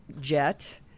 jet